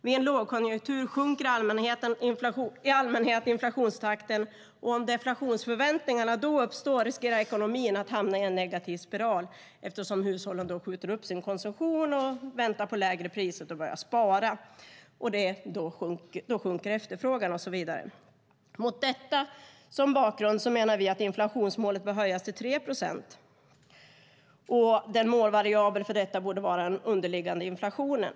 Vid en lågkonjunktur sjunker i allmänhet inflationstakten, och om deflationsförväntningar då uppstår riskerar ekonomin att hamna i en negativ spiral eftersom hushållen då skjuter upp sin konsumtion i väntan på lägre priser och börjar spara, och då sjunker efterfrågan och så vidare. Mot bakgrund av detta menar vi att inflationsmålet bör höjas till 3 procent och att målvariabeln för detta ska vara den underliggande inflationen.